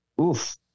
Oof